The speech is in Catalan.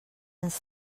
ens